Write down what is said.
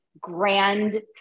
grand